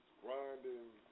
grinding